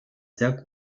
sehr